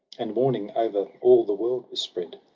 and morning over all the world was spread.